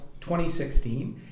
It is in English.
2016